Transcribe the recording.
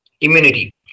immunity